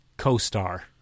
co-star